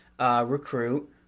recruit